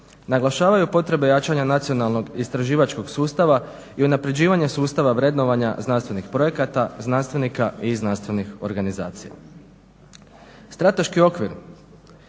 25.naglašavaju potrebe jačanja nacionalnog istraživačkog sustava i unapređivanja sustava vrednovanja znanstvenih projekata, znanstvenika i znanstvenih organizacija. Strateški okvir